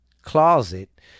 closet